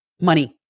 money